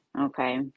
okay